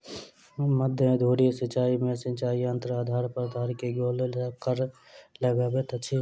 मध्य धुरी सिचाई में सिचाई यंत्र आधार प्राधार के गोल चक्कर लगबैत अछि